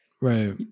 Right